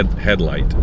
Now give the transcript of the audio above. headlight